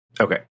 Okay